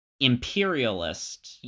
imperialist